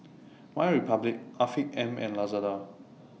MyRepublic Afiq M and Lazada